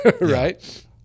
right